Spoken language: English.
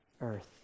earth